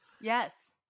Yes